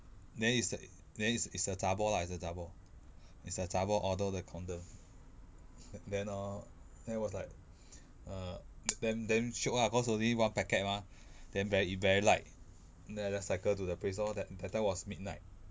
then it's the then it's it's a zha bor lah it's a zha bor it's a zha bor order the condom then orh then was like err then damn shiok ah cause only one packet mah then very very light then I just cycle to the place lor that that time was midnight